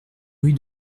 rue